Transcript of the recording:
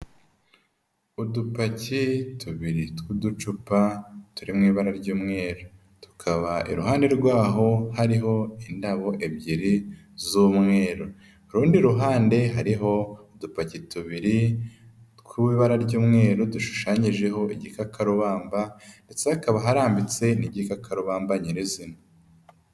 Udupaki tubiri tw'uducupa turi mu ibara ry'umweru. Tukaba iruhande rwaho hariho indabo ebyiri z'umweru. Ku rundi ruhande hariho udupaki tubiri tw'ibara ry'umweru dushushanyijeho igikakarubamba ndetse hakaba harambitse n'igikakarubamba nyirizina.